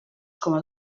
coma